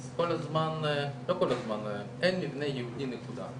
אז כל הזמן אין מבנה ייעודי נקודה.